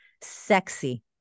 sexy